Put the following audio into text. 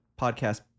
podcast